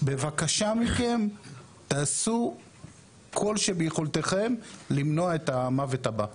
בבקשה תעשו כל שביכולתכם למנוע את המוות הבא.